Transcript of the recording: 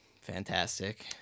Fantastic